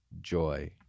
joy